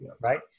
right